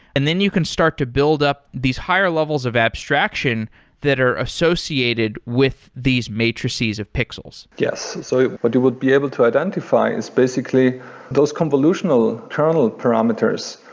and then you can start to build up these higher levels of abstraction that are associated with these matrices of pixels yes. so what you would be able to identify is basically those convolutional kernel parameters,